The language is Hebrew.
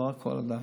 לא הכול עדיין.